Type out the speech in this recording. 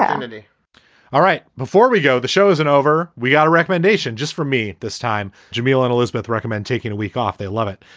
and all right. before we go, the show isn't over. we got a recommendation just for me this time. jamal and elizabeth recommend taking a week off. they love it.